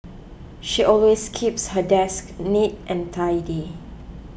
she always keeps her desk neat and tidy